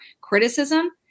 criticism